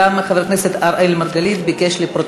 גם חבר הכנסת אראל מרגלית ביקש לרשום